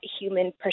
human